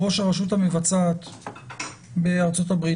ראש הרשות המבצעת בארצות-הברית,